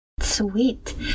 sweet